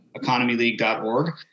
economyleague.org